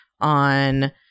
on